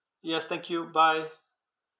yes thank you bye